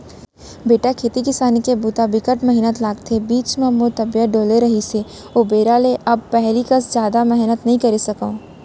बेटा खेती किसानी के बूता बिकट मेहनत लागथे, बीच म मोर तबियत डोले रहिस हे ओ बेरा ले अब पहिली कस जादा मेहनत नइ करे सकव